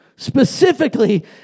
specifically